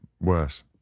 worse